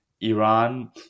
iran